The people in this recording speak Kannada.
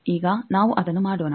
ಈಗ ನಾವು ಅದನ್ನು ಮಾಡೋಣ